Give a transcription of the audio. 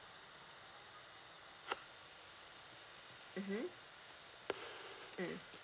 mmhmm mm